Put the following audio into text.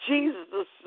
Jesus